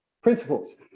Principles